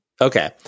Okay